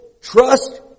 trust